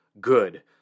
good